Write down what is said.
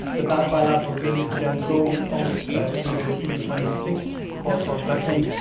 that that bilateral agreement could then go almost to the eu twenty six for for a blessing.